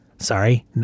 Sorry